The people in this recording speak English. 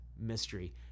mystery